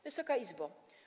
Wysoka Izbo!